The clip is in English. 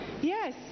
Yes